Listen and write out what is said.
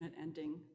ending